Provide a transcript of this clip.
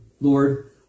Lord